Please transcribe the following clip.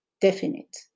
definite